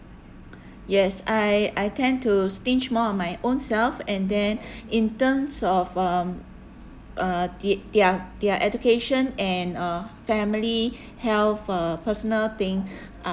yes I I tend to stinge more on my own self and then in terms of um uh th~ their their education and uh family health uh personal thing